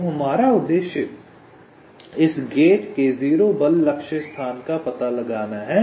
तो हमारा उद्देश्य इस गेट के 0 बल लक्ष्य स्थान का पता लगाना है